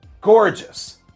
Gorgeous